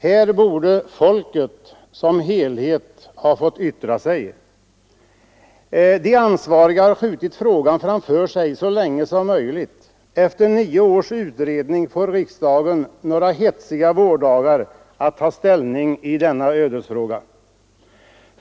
Här borde folket som helhet ha fått yttra sig. De ansvariga har skjutit frågan framför sig så länge som möjligt. Efter nio års utredande får riksdagen några hetsiga vårdagar på sig att ta ställning i denna ödesfråga.